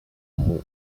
moon